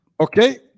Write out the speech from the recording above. Okay